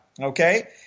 okay